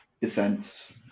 defense